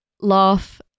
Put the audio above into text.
laugh